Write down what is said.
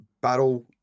battle